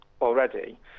already